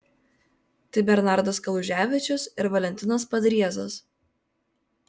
tai bernardas kaluževičius ir valentinas padriezas